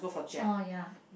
oh ya